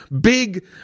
big